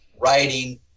writing